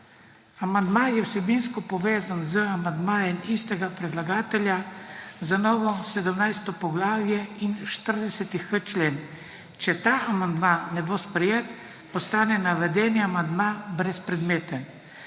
Amandma je vsebinsko povezan z amandmajem istega predlagatelja za novi 71.b do 71.e člene. Če ta amandma ne bo sprejet postane navedeni amandma brezpredmeten.